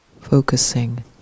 focusing